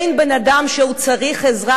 בין בן-אדם שצריך עזרה,